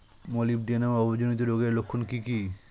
Molybdenum অভাবজনিত রোগের লক্ষণ কি কি?